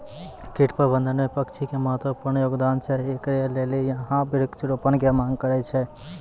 कीट प्रबंधन मे पक्षी के महत्वपूर्ण योगदान छैय, इकरे लेली यहाँ वृक्ष रोपण के मांग करेय छैय?